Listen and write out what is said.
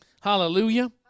Hallelujah